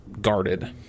guarded